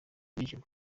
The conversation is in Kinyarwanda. bishyurwa